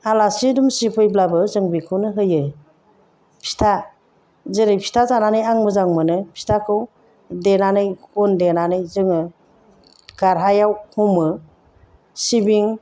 आलासि दुमसि फैब्लाबो जों बेखौनो होयो फिथा जेरै फिथा जानानै आं मोजां मोनो फिथाखौ देनानै अन देनानै जोङो गारहायाव हमो सिबिं